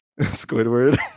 Squidward